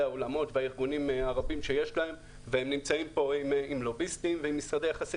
האולמות והארגונים הרבים שיש להם והם נמצאים פה עם לוביסטים ועם משרדי יחסי